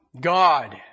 God